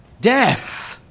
Death